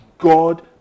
God